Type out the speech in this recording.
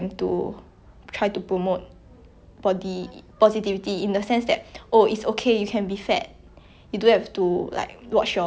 you don't have to like watch your diet you don't have to exercise even though you are already like considered obese you know like